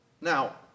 Now